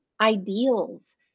ideals